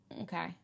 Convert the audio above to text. Okay